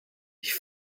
ich